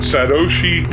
Satoshi